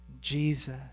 Jesus